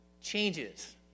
changes